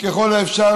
שככל האפשר,